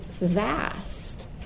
vast